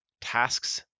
tasks